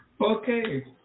Okay